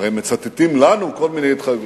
הרי הם מצטטים לנו כל מיני התחייבויות.